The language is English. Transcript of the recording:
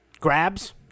Grabs